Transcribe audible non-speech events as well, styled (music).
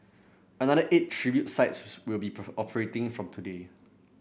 another eight tribute sites (unintelligible) will be (unintelligible) operating from today